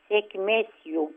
sėkmės jums